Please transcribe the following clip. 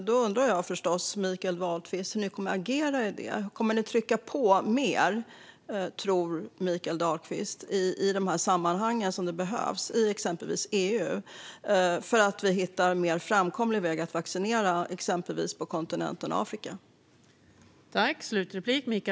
Jag undrar, Mikael Dahlqvist, hur ni kommer att agera. Kommer ni att trycka på mer i dessa sammanhang, exempelvis i EU, för att hitta en mer framkomlig väg att vaccinera exempelvis kontinenten Afrika?